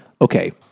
okay